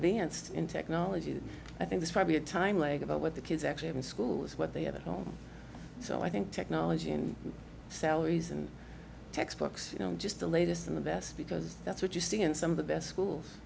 advanced in technology i think is probably a time lag about what the kids actually in schools what they have at home so i think technology and salaries and textbooks you know just the latest in the best because that's what you see in some of the best schools